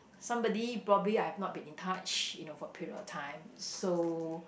somebody probably I've not been in touch you know for a period of time so